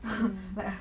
mm